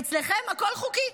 אצלכם הכול חוקי.